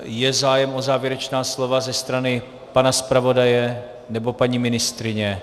Je zájem o závěrečná slova ze strany pana zpravodaje nebo paní ministryně?